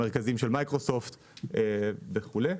המרכזים של מיקרוסופט וכו'.